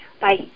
Bye